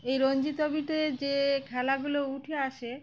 এই রঞ্জি ট্রফিতে যে খেলাগুলো উঠে আসে